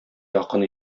якын